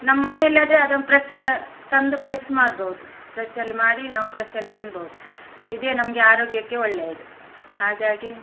ನಮ್ಮನೆಯಲ್ಲಾದರೆ ಅದನ್ನು ಫ್ರೆಶ್ ತಂದು ಫ್ರೆಶ್ ಮಾಡ್ಬಹುದು ಫ್ರೆಶ್ಶಲ್ಲಿ ಮಾಡಿ ನಾವು ಫ್ರೆಶ್ಶಲ್ಲಿ ತಿನ್ಬಹುದು ಇದೇ ನಮಗೆ ಆರೋಗ್ಯಕ್ಕೆ ಒಳ್ಳೆಯದು ಹಾಗಾಗಿ